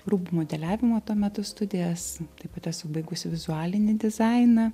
rūbų modeliavimo tuo metu studijas taip pat esu baigusi vizualinį dizainą